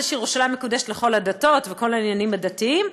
זה שירושלים מקודשת לכל הדתות וכל העניינים הדתיים.